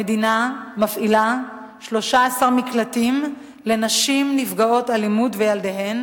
המדינה מפעילה 13 מקלטים לנשים נפגעות אלימות וילדיהן